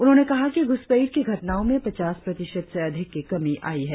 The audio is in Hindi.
उन्होंने कहा कि घुसपैठ की घटनाओं में पचास प्रतिशत से अधिक की कमी आई है